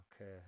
okay